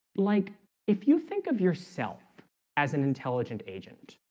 like if you think of yourself as an intelligent agent,